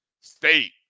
State